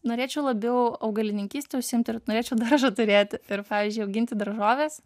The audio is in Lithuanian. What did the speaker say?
norėčiau labiau augalininkyste užsiimt ir norėčiau daržą turėti ir pavyzdžiui auginti daržoves